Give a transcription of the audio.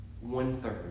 One-third